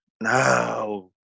no